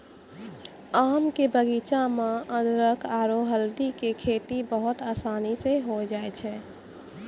आम के बगीचा मॅ अदरख आरो हल्दी के खेती बहुत आसानी स होय जाय छै